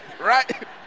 right